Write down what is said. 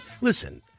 Listen